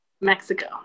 Mexico